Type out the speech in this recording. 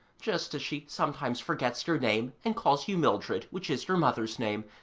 just as she sometimes forgets your name and calls you mildred, which is your mother's name.